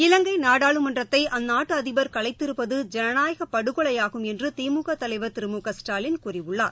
இலங்கைநாடாளுமன்றத்தைஅந்நாட்டுஅதிபர் கலைத்திருப்பது ஜனநாயகபடுகொலையாகும் என்றுதிமுகதலைவர் திரு மு க ஸ்டாவின் கூறியுள்ளார்